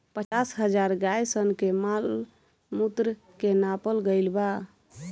पचास हजार गाय सन के मॉल मूत्र के नापल गईल बा